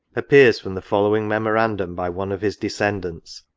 appears from the following memorandum by one of his descendants,